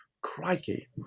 Crikey